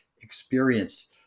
experience